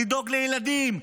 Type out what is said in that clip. לדאוג לילדים,